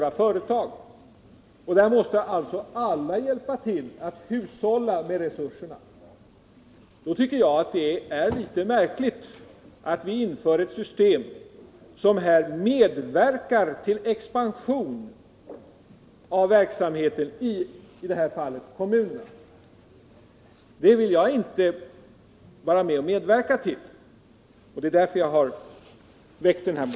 Alla måste hjälpa till att hushålla med resurserna. Därför är det litet märkligt att vi inför ett system som medverkar till expansion av verksamheten, i det här fallet kommunernas. Det vill jag inte medverka till.